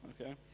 Okay